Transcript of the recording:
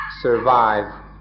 survive